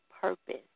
purpose